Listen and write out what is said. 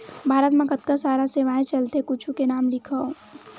भारत मा कतका सारा सेवाएं चलथे कुछु के नाम लिखव?